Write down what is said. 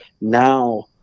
Now